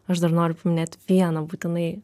aš dar noriu net vieną būtinai